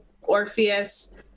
Orpheus